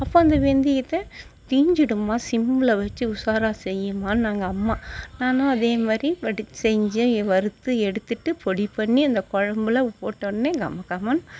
அப்போ அந்த வெந்தயத்த தீஞ்சுடுமா சிம்மில் வச்சு உஷாரா செய்யுமான்னாங்க அம்மா நானும் அதேமாதிரி செஞ்சேன் வறுத்து எடுத்துகிட்டு பொடி பண்ணி அந்த குழம்புல போட்டவொடனே கமகமன்னு